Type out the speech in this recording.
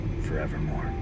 forevermore